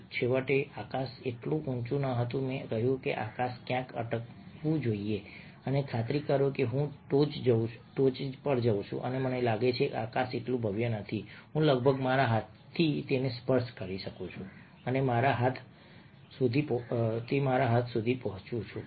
અને છેવટે આકાશ એટલું ઊંચું ન હતું મેં કહ્યું હતું કે આકાશ ક્યાંક અટકવું જોઈએ અને ખાતરી કરો કે હું ટોચ જોઉં છું મને લાગે છે કે આકાશ એટલું ભવ્ય નથી હું લગભગ મારા હાથથી તેને સ્પર્શ કરી શકું છું અને મારા હાથ સુધી પહોંચું છું